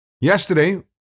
Yesterday